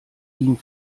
ihn